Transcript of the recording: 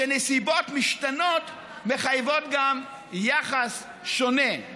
שנסיבות משתנות מחייבות גם יחס שונה,